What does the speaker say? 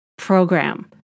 program